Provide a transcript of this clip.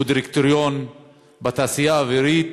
שהוא דירקטור בתעשייה האווירית,